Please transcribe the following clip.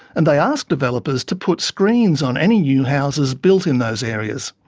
and they ask developers to put screens on any new houses built in those areas.